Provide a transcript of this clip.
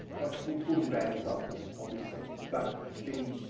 both both good and bad resulted, obviously. but the